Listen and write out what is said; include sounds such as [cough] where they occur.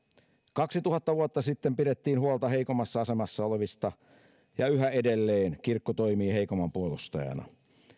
kaksituhatta vuotta sitten pidettiin huolta heikommassa asemassa olevista [unintelligible] [unintelligible] ja yhä edelleen kirkko toimii heikomman puolustajana